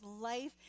life